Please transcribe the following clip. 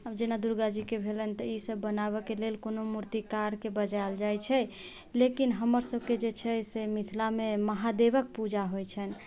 आब जेना दुर्गा जी के भेलनि तऽ ईसब बनाबए के लेल कोनो मूर्तिकार के बजायल जाइ छै लेकिन हमरसबके जे छै से मिथिला मे महादेवक पूजा होइ छनि